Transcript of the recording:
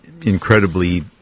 incredibly